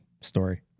story